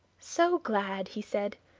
so glad he said,